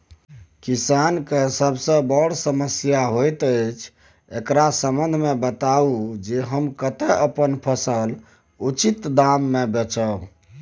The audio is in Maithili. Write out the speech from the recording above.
किसान के सबसे बर समस्या होयत अछि, एकरा संबंध मे बताबू जे हम कत्ते अपन फसल उचित दाम पर बेच सी?